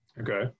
Okay